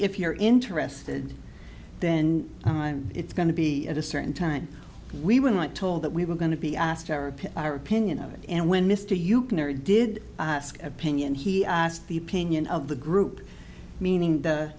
if you're interested then time it's going to be at a certain time we were not told that we were going to be asked our ira pinion of it and when mr you can or did ask opinion he asked the pinion of the group meaning the